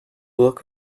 look